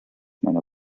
meiner